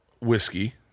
whiskey